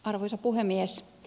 arvoisa puhemies